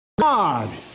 God